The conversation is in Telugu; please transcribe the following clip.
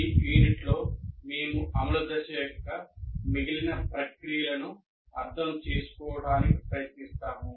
ఈ యూనిట్లో మేము అమలు దశ యొక్క మిగిలిన ప్రక్రియలను అర్థం చేసుకోవడానికి ప్రయత్నిస్తాము